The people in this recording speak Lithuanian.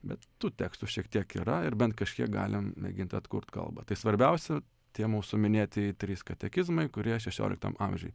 bet tų tekstų šiek tiek yra ir bent kažkiek galim mėgint atkurt kalbą tai svarbiausia tie mūsų minėtieji trys katekizmai kurie šešioliktam amžiuj